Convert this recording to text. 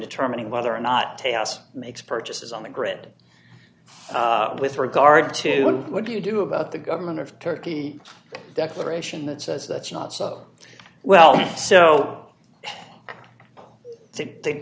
determining whether or not tails makes purchases on the grid with regard to what do you do about the government of turkey declaration that says that's not so well so t